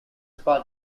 spa